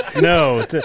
No